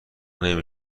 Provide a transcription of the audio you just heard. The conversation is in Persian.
نمی